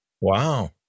Wow